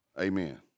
Amen